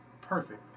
perfect